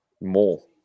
More